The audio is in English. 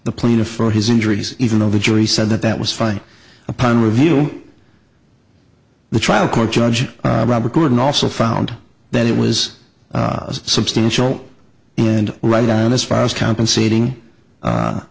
the plaintiff for his injuries even though the jury said that that was fine upon review the trial court judge robert gordon also found that it was substantial and right on as far as compensating